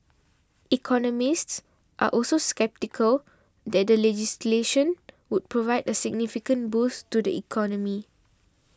economists are also sceptical that the legislation would provide a significant boost to the economy